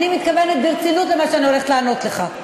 אני מתכוונת ברצינות למה שאני הולכת לענות לך.